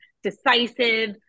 decisive